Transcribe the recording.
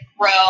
grow